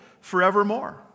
forevermore